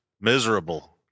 miserable